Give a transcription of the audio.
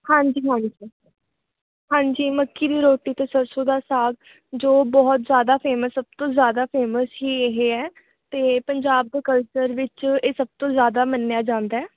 ਹਾਂਜੀ ਹਾਂਜੀ ਹਾਂਜੀ ਮੱਕੀ ਦੀ ਰੋਟੀ ਅਤੇ ਸਰਸੋਂ ਦਾ ਸਾਗ ਜੋ ਬਹੁਤ ਜ਼ਿਆਦਾ ਫੇਮਸ ਸਭ ਤੋਂ ਜ਼ਿਆਦਾ ਫੇਮਸ ਹੀ ਇਹ ਹੈ ਅਤੇ ਪੰਜਾਬ ਦੇ ਕਲਚਰ ਵਿੱਚ ਇਹ ਸਭ ਤੋਂ ਜ਼ਿਆਦਾ ਮੰਨਿਆ ਜਾਂਦਾ